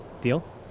deal